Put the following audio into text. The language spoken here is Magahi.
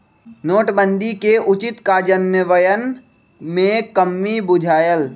नोटबन्दि के उचित काजन्वयन में कम्मि बुझायल